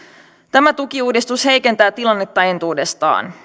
tämä tukiuudistus heikentää tilannetta entuudestaan